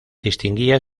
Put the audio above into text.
distinguía